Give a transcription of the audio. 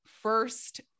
First